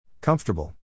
Comfortable